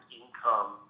income